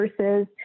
versus